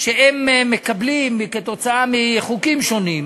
שהם מקבלים כתוצאה מחוקים שונים